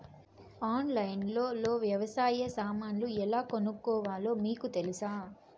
ఆన్లైన్లో లో వ్యవసాయ సామాన్లు ఎలా కొనుక్కోవాలో మీకు తెలుసా?